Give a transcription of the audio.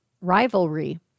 rivalry